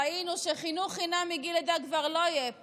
ראינו שחינוך חינם מגיל לידה כבר לא יהיה פה,